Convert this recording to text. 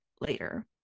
later